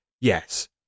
yes